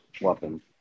weapon